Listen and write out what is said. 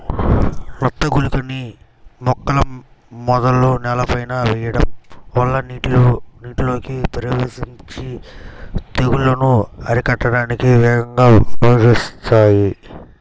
నత్త గుళికలని మొక్కల మొదలు నేలపైన వెయ్యడం వల్ల నీటిలోకి ప్రవేశించి తెగుల్లను అరికట్టడానికి వేగంగా పనిజేత్తాయి